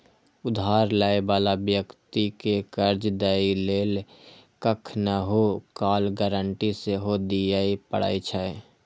उधार लै बला व्यक्ति कें कर्ज दै लेल कखनहुं काल गारंटी सेहो दियै पड़ै छै